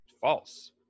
false